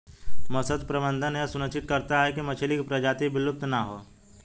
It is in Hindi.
मत्स्य प्रबंधन यह सुनिश्चित करता है की मछली की प्रजाति विलुप्त ना हो